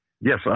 Yes